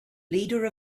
leader